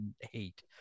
hate